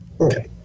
Okay